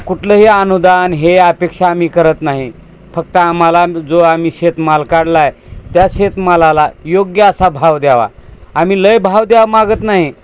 कुठलंही अनुदान हे अपेक्षा आम्ही करत नाही फक्त आम्हाला जो आम्ही शेतमाल काढला आहे त्या शेतमालाला योग्य असा भाव द्यावा आम्ही लय भाव द्यावा मागत नाही